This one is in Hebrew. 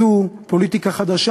זו פוליטיקה חדשה,